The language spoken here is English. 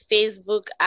Facebook